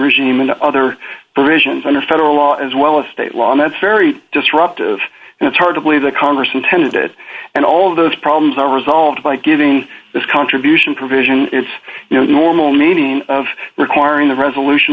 regime and other provisions under federal law as well as state law and that's very disruptive and it's hard to believe that congress intended it and all of those problems are resolved by giving this contribution provision it's you know the normal meaning of requiring the resolution